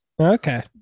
Okay